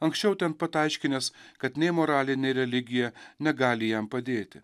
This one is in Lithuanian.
anksčiau ten pat aiškinęs kad nei moralinė religija negali jam padėti